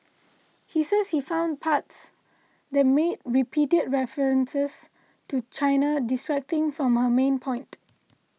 he says he found parts that made repeated references to China distracting from her main point